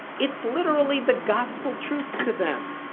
it's literally the gospel truth to them.